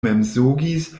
mensogis